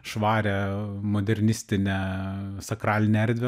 švarią modernistinę sakralinę erdvę